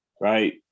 right